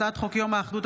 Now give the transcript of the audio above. הצעת חוק יום האחדות,